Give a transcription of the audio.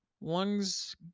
lungs